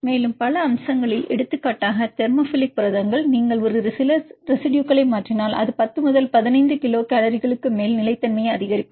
மேலும் பல அம்சங்களில் எடுத்துக்காட்டாக தெர்மோபிலிக் புரதங்கள் நீங்கள் ஒரு சில ரெசிடுயுகளை மாற்றினால் அது 10 முதல் 15 கிலோகலோரிகளுக்கு மேல் நிலைத்தன்மையை அதிகரிக்கும்